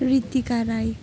Ritika Rai